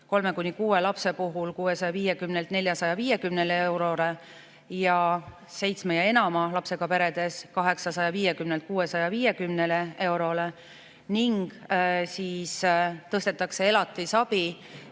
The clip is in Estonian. kolme kuni kuue lapse puhul 650‑lt 450 eurole ja seitsme ja enama lapsega peredes 850‑lt 650 eurole ning tõstetakse elatisabi